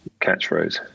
catchphrase